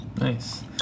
nice